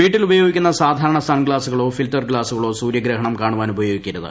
വീട്ടിൽ ഉപയോഗിക്കുന്ന സാധാരണ സൺഗ്ലാസുകളോ ഫിൽറ്റർ ഗ്ലാസുകളോ സൂര്യഗ്രഹണം കാണുവാൻ ഉപയോഗിക്കരുത്